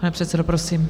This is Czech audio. Pane předsedo, prosím.